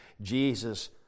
Jesus